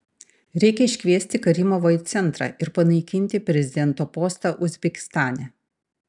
reikia iškviesti karimovą į centrą ir panaikinti prezidento postą uzbekistane